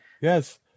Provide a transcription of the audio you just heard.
Yes